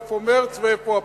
איפה מרס ואיפה אפריל?